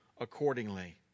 accordingly